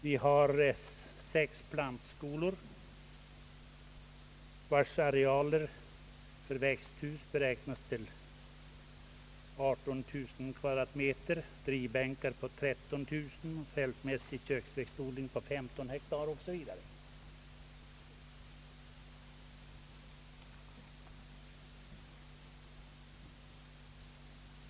Vi har 6 plantskolor, vilkas arealer för växthus beräknas till 18 000 kvadratmeter, fribänk på 13000 kvadratmeter, fältmässig köksväxtodling på 15 hektar 0. s. Vv.